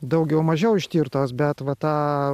daugiau mažiau ištirtos bet va tą